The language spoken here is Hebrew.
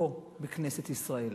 פה בכנסת ישראל.